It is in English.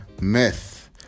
myth